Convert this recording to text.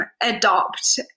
adopt